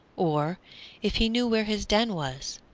or if he knew where his den was.